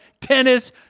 tennis